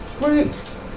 groups